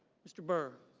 mr. burr